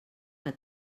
que